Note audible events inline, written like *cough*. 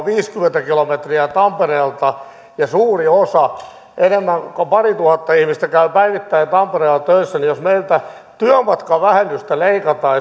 *unintelligible* viisikymmentä kilometriä tampereelta ja suuri osa enemmän kuin parituhatta ihmistä käy päivittäin tampereella töissä niin jos meiltä työmatkavähennystä leikataan *unintelligible*